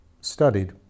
studied